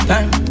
Time